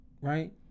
right